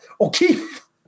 O'Keefe